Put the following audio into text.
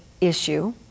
issue